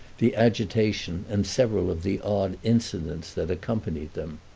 the agitation and several of the odd incidents that accompanied them.